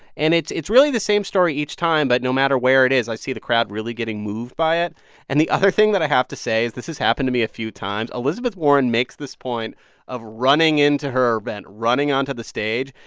and it's it's really the same story each time. but no matter where it is, i see the crowd really getting moved by it and the other thing that i have to say is this has happened to me a few times. elizabeth warren makes this point of running into her event, running onto the stage.